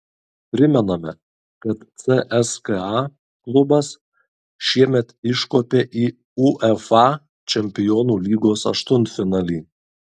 primename kad cska klubas šiemet iškopė į uefa čempionų lygos aštuntfinalį